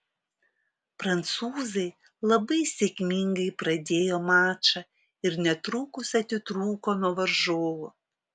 prancūzai labai sėkmingai pradėjo mačą ir netrukus atitrūko nuo varžovų